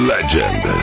Legend